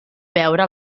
veure